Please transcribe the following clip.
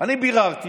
אני ביררתי